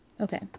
Okay